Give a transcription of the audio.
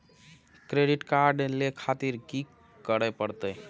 Credit card ले खातिर की करें परतें?